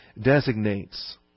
designates